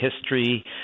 history